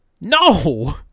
No